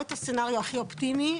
את הסצנריו הכי אופטימי,